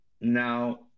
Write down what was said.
now